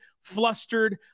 flustered